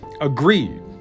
agreed